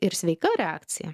ir sveika reakcija